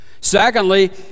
Secondly